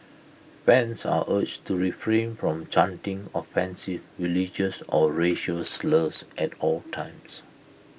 fans are urged to refrain from chanting offensive religious or racial slurs at all times